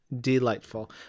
delightful